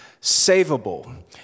savable